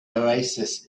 oasis